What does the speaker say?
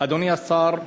אדוני השר,